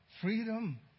Freedom